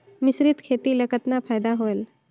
मिश्रीत खेती ल कतना फायदा होयल?